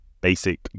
basic